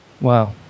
Wow